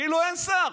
כאילו אין שר.